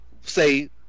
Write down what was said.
say